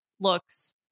looks